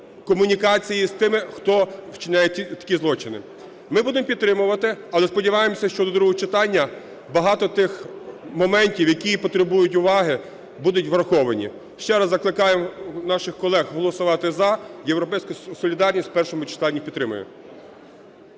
комунікації з тими, хто вчиняє такі злочини. Ми будемо підтримувати, але сподіваємося, що до другого читання багато тих моментів, які потребують уваги, будуть враховані. Ще раз закликаю наших колег голосувати "за". "Європейська солідарність" в першому читанні підтримує.